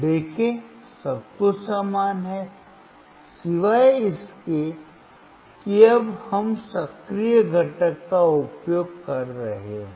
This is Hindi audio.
देखें सब कुछ समान है सिवाय इसके कि अब हम सक्रिय घटक का उपयोग कर रहे हैं